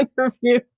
interview